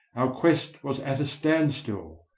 our quest was at a standstill,